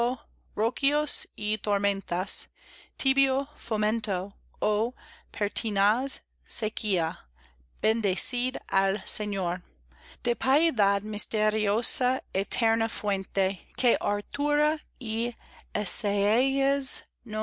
rocíos y tormentas tibio fomento ó pertinaz sequía bendecid al señor de piedad misteriosa eterna fuente que hartura y